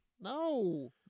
No